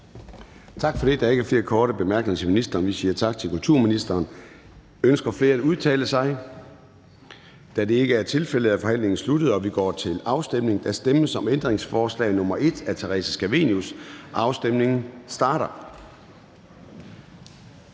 Tak for det. Der er ikke flere korte bemærkninger til ministeren. Vi siger tak til kulturministeren. Ønsker flere at udtale sig? Da det ikke er tilfældet, er forhandlingen sluttet, og vi går til afstemning. Kl. 10:15 Afstemning Formanden (Søren Gade): Der stemmes